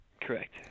Correct